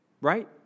right